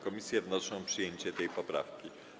Komisje wnoszą o przyjęcie tej poprawki.